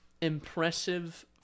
impressive